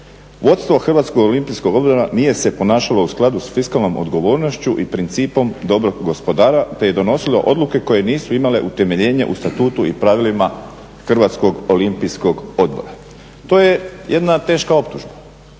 "Vodstvo HOO-a nije se ponašalo u skladu s fiskalnom odgovornošću i principom dobrog gospodara te je donosilo odluke koje nisu imale utemeljenje u statutu i pravilima HOO-a." To je jedna teška optužba